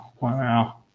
wow